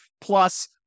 Plus